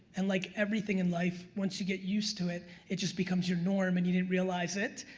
and like everything in life once you get used to it it just becomes your norm, and you didn't realize it.